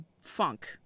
funk